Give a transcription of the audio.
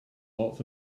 lots